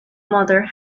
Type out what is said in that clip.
mother